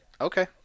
Okay